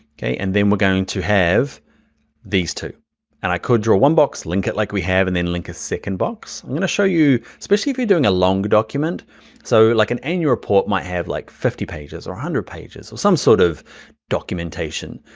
okay and then we're going to have these two and i could draw one box and link it like we have and then link a second box. i'm gonna show you especially if your doing a long document so like an annual report might have like fifty pages or one hundred pages or some sort of documentation.